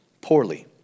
poorly